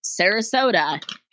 Sarasota